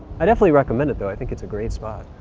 i definitely recommend it though, i think it's a great spot.